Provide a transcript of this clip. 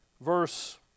Verse